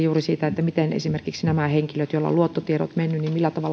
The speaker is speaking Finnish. juuri siitä millä tavalla esimerkiksi nämä henkilöt joilla ovat luottotiedot menneet